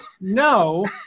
No